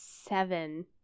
seven